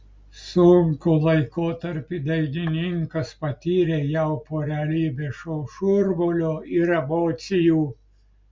sunkų laikotarpį dainininkas patyrė jau po realybės šou šurmulio ir emocijų